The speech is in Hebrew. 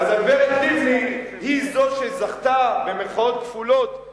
אז הגברת לבני היא זו ש"זכתה" כמובן,